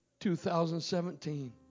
2017